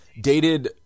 dated